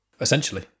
Essentially